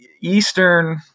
Eastern